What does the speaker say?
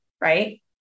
right